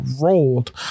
rolled